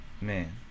Man